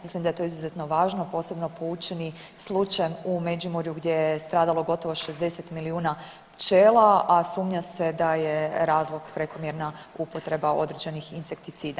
Mislim da je to izuzetno važno posebno poučeni slučajem u Međimurju gdje je stradalo gotovo 60 milijuna pčela, a sumnja se da je razlog prekomjerna upotreba određenih insekticida.